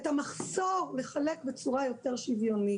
את המחסור לחלק בצורה יותר שוויונית